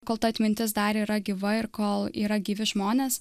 kol ta atmintis dar yra gyva ir kol yra gyvi žmonės